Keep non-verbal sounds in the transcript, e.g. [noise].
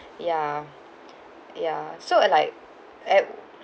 [breath] ya [breath] ya so it like at